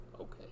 Okay